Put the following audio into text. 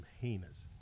heinous